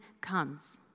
comes